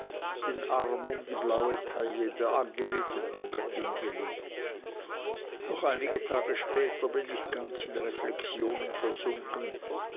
den arm um die blaue taille der angebeteten göttin gelegt noch einige tage später bin ich ganz in reflexionen versunken